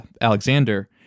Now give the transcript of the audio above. Alexander